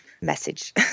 message